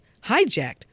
hijacked